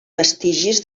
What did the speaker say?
vestigis